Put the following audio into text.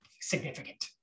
significant